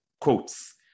quotes